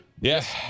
Yes